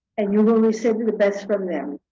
and you'll receive the best from them.